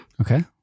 Okay